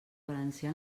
valencià